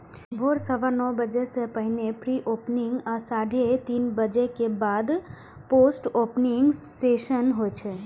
भोर सवा नौ बजे सं पहिने प्री ओपनिंग आ साढ़े तीन बजे के बाद पोस्ट ओपनिंग सेशन होइ छै